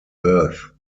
earth